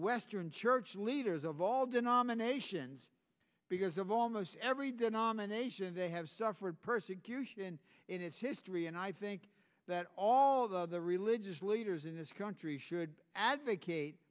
western church leaders of all denominations because of almost every denomination they have suffered persecution in its history and i think that all the religious leaders in this country should advocate